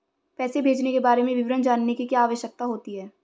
पैसे भेजने के बारे में विवरण जानने की क्या आवश्यकता होती है?